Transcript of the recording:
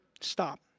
stop